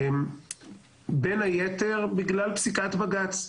בין היתר בגלל פסיקת בג"ץ.